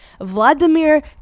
Vladimir